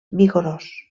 vigorós